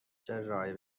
جراحی